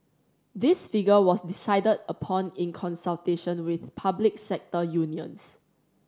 this figure was decided upon in consultation with public sector unions